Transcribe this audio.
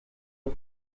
auf